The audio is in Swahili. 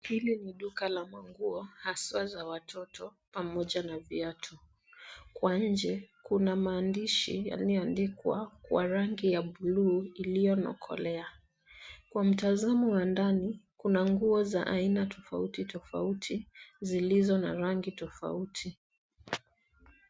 Hili ni duka la manguo, haswa za watoto, pamoja na viatu. Kwa nje, kuna maadnishi, yaliyoandikwa kwa rangi ya blue iliyonokolea. Kwa mtazamo wa ndani, kuna nguo, za aina tofauti tofauti, zilizo na rangi tofauti.